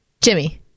Jimmy